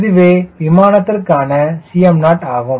இதுவே விமானத்திற்கான Cm0 ஆகும்